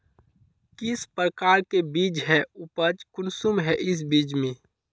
किस प्रकार के बीज है उपज कुंसम है इस बीज में?